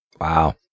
Wow